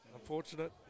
Unfortunate